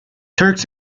turks